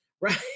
right